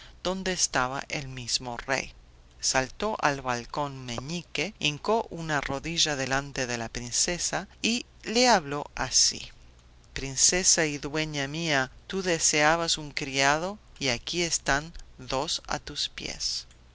donde estaba el mismo rey saltó al balcón meñique hincó una rodilla delante de la princesa y le habló así princesa y dueña mía tú deseabas un criado y aquí están dos a tus pies